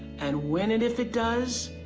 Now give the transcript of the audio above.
and when and if it does,